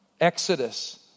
Exodus